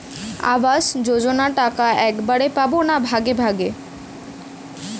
আবাস যোজনা টাকা একবারে পাব না ভাগে ভাগে?